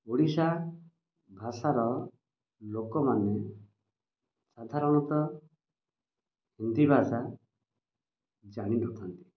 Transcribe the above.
ଓଡ଼ିଶା ଭାଷାର ଲୋକମାନେ ସାଧାରଣତଃ ହିନ୍ଦୀ ଭାଷା ଜାଣିନଥାନ୍ତି